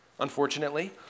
Unfortunately